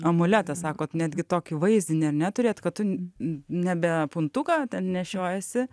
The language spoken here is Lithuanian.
amuletas sakot netgi tokį vaizdinį ar ne turėt kad tu ne nebe puntuką ten nešiojiesi